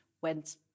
went